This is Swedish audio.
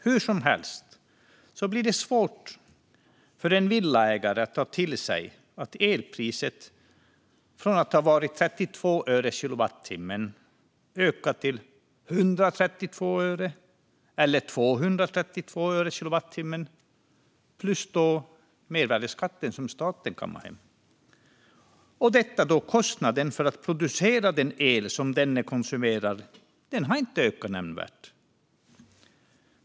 Hur som helst blir det svårt för en villaägare att ta till sig att elpriset har ökat från 32 öre kilowattimmen till 132 öre eller 232 öre kilowattimmen, plus mervärdeskatten som staten kammar hem. Detta sker då kostnaden för att producera den el som denne konsumerar inte har ökat nämnvärt.